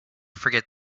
forget